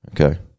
Okay